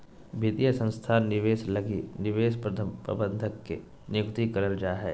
वित्तीय संस्थान निवेश लगी निवेश प्रबंधक के नियुक्ति करल जा हय